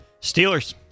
Steelers